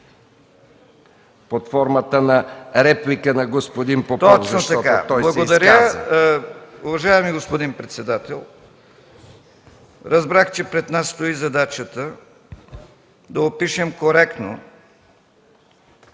под формата на реплика на господин Попов. ЛЮТВИ МЕСТАН (ДПС): Точно така. Благодаря. Уважаеми господин председател, разбрах, че пред нас стои задачата да опишем коректно